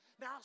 Now